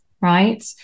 right